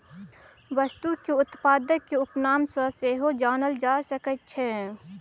वस्तुकेँ उत्पादक उपनाम सँ सेहो जानल जा सकैत छै